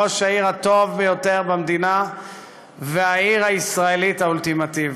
ראש העיר הטוב ביותר במדינה והעיר הישראלית האולטימטיבית,